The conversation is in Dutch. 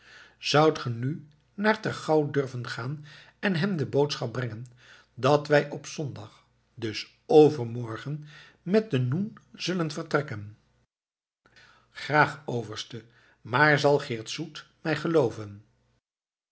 zoudt ge nu naar ter gouw durven gaan en hem de boodschap brengen dat wij op zondag dus overmorgen met den noen zullen vertrekken graag overste maar zal geert soet mij gelooven